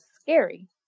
scary